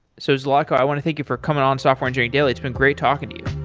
so zlatko, i want to thank you for coming on software engineering daily, it's been great talking to you